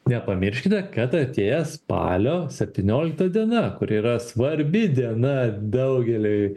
nepamirškite kad artėja spalio septyniolikta diena kuri yra svarbi diena daugeliui